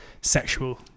sexual